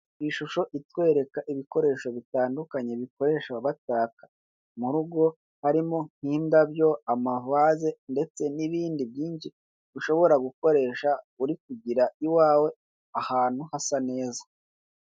Ni ishusho itwereka ibikoresho bitandukanye bakoresha bataka murugo harimo nk'indabyo, amavaze ndetse n'ibindi byinshi ushobora gukoresha uri kugira iwawe ahantu hasa neza.